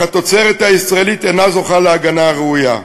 אך התוצרת הישראלית אינה זוכה להגנה ראויה,